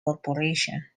corporation